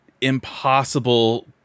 impossible